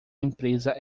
empresa